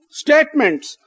statements